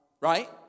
Right